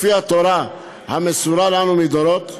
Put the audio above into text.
לפי התורה המסורה לנו מדורות.